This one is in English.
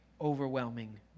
overwhelming